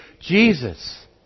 Jesus